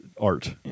art